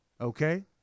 Okay